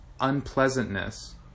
unpleasantness